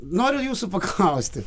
noriu jūsų paklausti